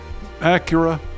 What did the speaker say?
Acura